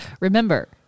Remember